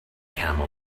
camel